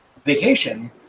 vacation